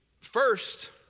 First